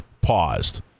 paused